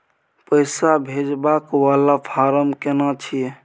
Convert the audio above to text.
पैसा भेजबाक वाला फारम केना छिए?